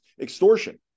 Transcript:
extortion